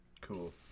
cool